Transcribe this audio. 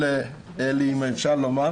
גם ליבואנים וגם ליצרנים.